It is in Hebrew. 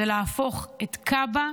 זה להפוך את כב"ה,